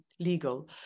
legal